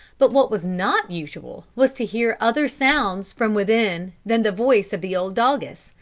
but what was not usual, was to hear other sounds from within than the voice of the old doggess,